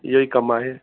इहो ई कमु आहे